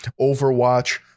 overwatch